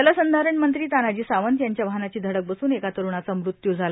जलसंधारण मंत्री तानाजी सावंत यांच्या वाहनाची धडक बसून एका तरुणाचा मृत्यू झाला